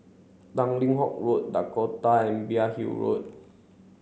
Tanglin Halt Road Dakota and Imbiah Hill Road